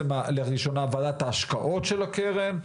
לראשונה ועדת ההשקעות של הקרן,